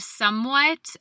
somewhat